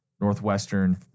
Northwestern